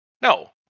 No